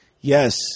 Yes